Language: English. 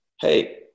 hey